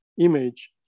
image